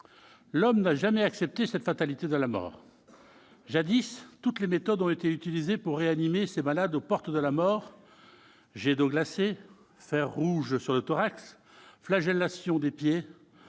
L'homme n'a jamais accepté cette fatalité de la mort. Jadis, toutes les méthodes ont été utilisées pour réanimer ces malades aux portes de la mort : jet d'eau glacée, fer rouge sur le thorax, flagellation des pieds.